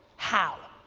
how?